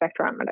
spectrometer